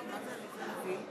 מי מציג את הצעת חוק הגנת הפרטיות?